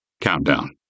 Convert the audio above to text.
Countdown